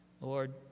Lord